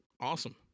Awesome